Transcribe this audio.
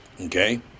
Okay